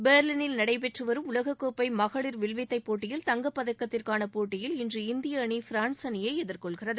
பெர்லினில் நடைபெறும் உலக கோப்பை மகளிர் வில்வித்தைப் போட்டியில் தங்கப் பதக்கத்திற்கான போட்டியில் இன்று இந்திய அணி ஃபிரான்ஸ் அணியை எதிர்கொள்கிறது